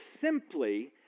simply